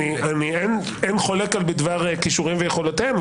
אין חולק בדבר כישוריהם ויכולותיהם,